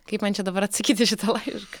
kaip man čia dabar atsakyt į šitą laišką